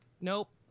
nope